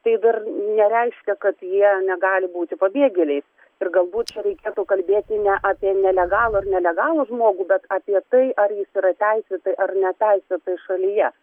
tai dar nereiškia kad jie negali būti pabėgėliais ir galbūt čia reikėtų kalbėti ne apie nelegalų ar nelegalų žmogų bet apie tai ar jis yra teisėtai ar neteisėtai šalyje